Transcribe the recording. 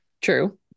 True